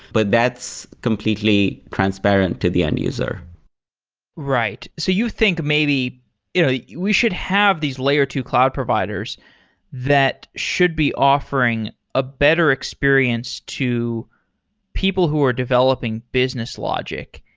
but that's completely transparent to the end-user right. so you think, maybe you know we should have these layer two cloud providers that should be offering a better experience to people who are developing business logic.